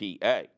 PA